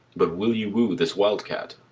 but will you woo this wild-cat?